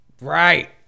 Right